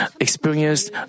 experienced